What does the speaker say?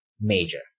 major